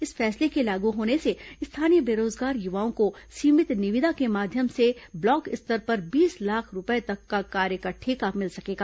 इस फैसले के लागू होने से स्थानीय बेरोजगार युवाओं को सीमित निविदा के माध्यम से ब्लॉक स्तर पर बीस लाख रूपये तक के कार्य का ठेका मिल सकेगा